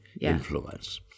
influence